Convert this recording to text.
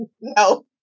No